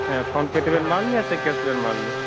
ᱦᱮᱸ ᱯᱷᱳᱱ ᱯᱮ ᱛᱮᱵᱮᱱ ᱮᱢᱟᱣᱟᱞᱤᱧᱟ ᱥᱮ ᱠᱮᱥ ᱵᱮᱱ ᱮᱢᱟᱣᱟᱞᱤᱧᱟ